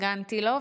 פרגנתי לו,